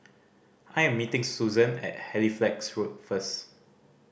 I am meeting Susan at Halifax Road first